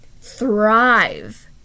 thrive